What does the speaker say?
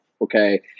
okay